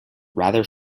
rather